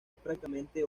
prácticamente